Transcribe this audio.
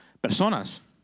personas